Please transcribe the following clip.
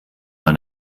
mal